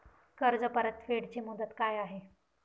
कर्ज परतफेड ची मुदत काय आहे?